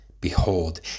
behold